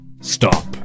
Stop